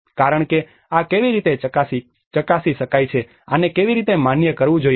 કારણ કે આ કેવી રીતે ચકાસી શકાય છે કે આને કેવી રીતે માન્ય કરવું જોઈએ